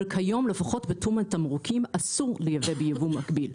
אבל לפחות בתחום התמרוקים אסור לייבא היום בייבוא מקביל.